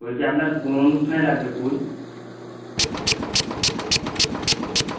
বলছি আপনার কোন অনুষ্ঠানে লাগবে ফুল